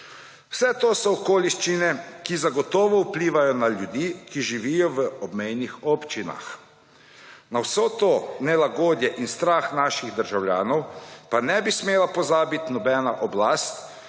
Vse to so okoliščine, ki zagotovo vplivajo na ljudi, ki živijo v obmejnih občinah. Na vse to nelagodje in strah naših državljanov pa ne bi smela pozabiti nobena oblast,